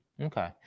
Okay